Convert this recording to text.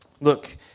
Look